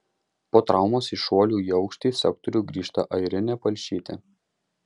po traumos į šuolių į aukštį sektorių grįžta airinė palšytė